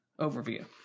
overview